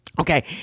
okay